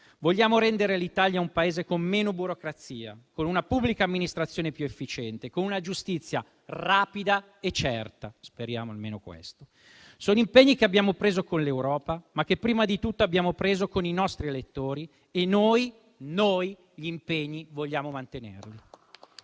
Vogliamo rendere l'Italia un Paese con meno burocrazia, con una pubblica amministrazione più efficiente e con una giustizia rapida e certa (speriamo, almeno questo). Sono impegni che abbiamo preso con l'Europa, ma che prima di tutto abbiamo preso con i nostri elettori e noi gli impegni vogliamo mantenerli.